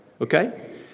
Okay